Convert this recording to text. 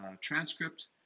transcript